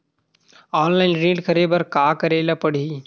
Online ऋण करे बर का करे ल पड़हि?